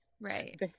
right